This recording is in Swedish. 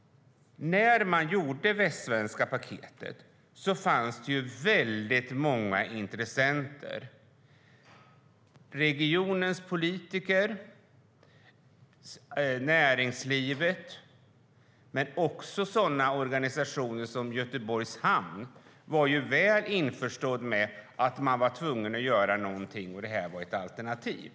När man gjorde det västsvenska paketet fanns det väldigt många intressenter - regionens politiker, näringslivet men även Göteborgs Hamn - som var väl införstådda med att man var tvungen att göra någonting och att detta var ett alternativ.